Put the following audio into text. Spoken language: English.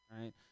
right